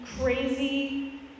crazy